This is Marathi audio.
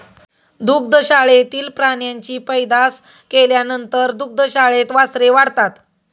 दुग्धशाळेतील प्राण्यांची पैदास केल्यानंतर दुग्धशाळेत वासरे वाढतात